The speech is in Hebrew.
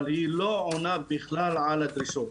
אבל היא לא עונה בכלל על הדרישות.